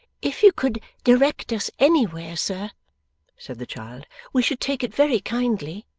if you could direct us anywhere, sir said the child, we should take it very kindly